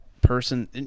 person